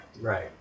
Right